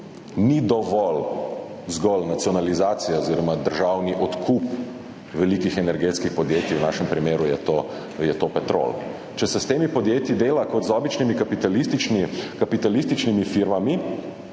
Ni dovolj zgolj nacionalizacija oziroma državni odkup velikih energetskih podjetij, v našem primeru je to Petrol. Če se s temi podjetji dela kot z običnimi kapitalističnimi firmami,